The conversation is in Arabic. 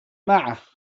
معه